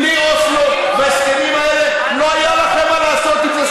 בלי אוסלו וההסכמים האלה לא היה לכם מה לעשות עם זה,